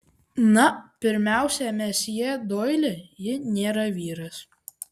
na pirmiausia mesjė doili ji nėra vyras